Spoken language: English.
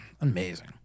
Amazing